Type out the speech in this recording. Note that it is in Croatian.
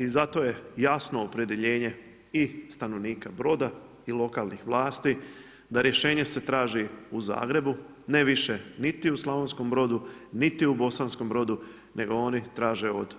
I zato je jasno opredjeljenje i stanovnika Broda i lokalnih vlasti, da rješenje se traži u Zagrebu, ne više niti u Slavenskom Brodu, niti u Bosankom Brodu, nego oni traže od